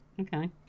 Okay